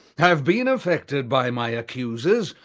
have been affected by my accusers,